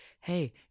hey